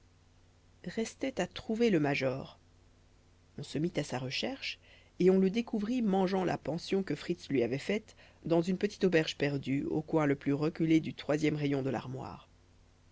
restait à trouver le major on se mit à sa recherche et on le découvrit mangeant la pension que fritz lui avait faite dans une petite auberge perdue au coin le plus reculé du troisième rayon de l'armoire